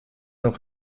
auch